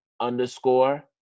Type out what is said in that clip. underscore